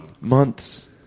months